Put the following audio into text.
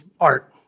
art